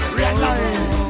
realize